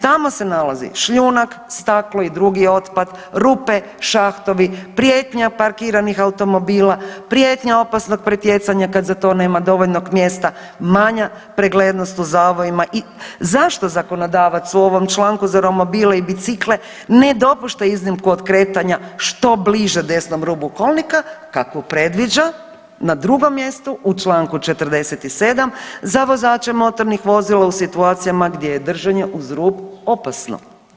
Tamo se nalazi šljunak, staklo i drugi otpad, rupe, šahtovi, prijetnja parkiranih automobila, prijetnja opasnog pretjecanja kad za to nema dovoljnog mjesta, manja preglednost u zavojima i zašto zakonodavac u ovom članku za romobile i bicikle ne dopušta iznimku od kretanja što bliže desnom rubu kolnika kako predviđa na drugom mjestu u čl. 47. za vozače motornih vozila u situacijama gdje je držanje uz rub opasno.